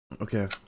Okay